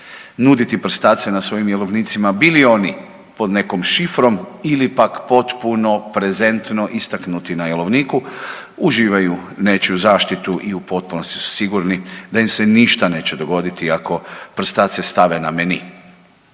nuditi prstace na svojim jelovnicima bili oni pod nekom šifrom ili pak potpuno prezentno istaknuti na jelovniku uživaju nečiju zaštitu i u potpunosti su sigurni da im se ništa neće dogoditi ako prstace stave na meni.